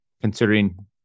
considering